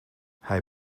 hij